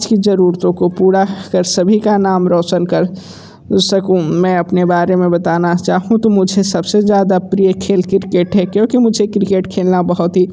की ज़रूरतो को पूरा कर सभी का नाम रौशन कर सकूँ मैं अपने बारे में बताना चाहूँ तो मुझे सब से ज़्यादा प्रिय खेल किर्केट है क्योंकि मुझे क्रिकेट खेलना बहुत ही